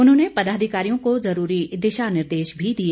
उन्होंने पदाधिकारियों को जरूरी दिशा निर्देश भी दिए